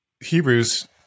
Hebrews